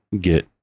get